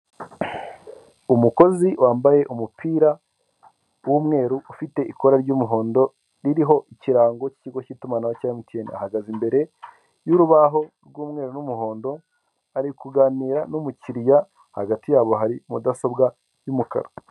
Umukozi wambaye umupira w'umweru ufite ikora ry'umuhondo ririho ikirango cy'ikigo cy'itumanaho cya emutiyene, ahagaze imbere y'urubaho rw'umweru n'umuhondo ari kuganira n'umukiriya hagati yabo hari mudasobwa y'umukara.